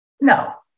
no